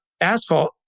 asphalt